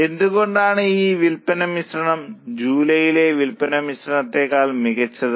എന്തുകൊണ്ടാണ് ഈ വിൽപ്പന മിശ്രണം ജൂലൈയിലെ വിൽപ്പന മിശ്രണത്തേക്കാൾ മികച്ചത്